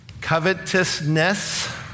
Covetousness